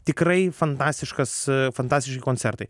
tikrai fantastiškas fantastiški koncertai